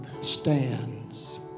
stands